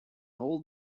old